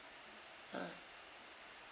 ah